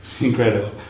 Incredible